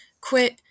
quit